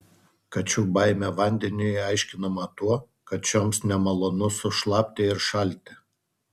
kačių baimė vandeniui aiškinama tuo kad šioms nemalonu sušlapti ir šalti